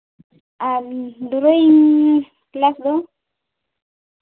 ᱟᱨ drawing class ᱫᱚ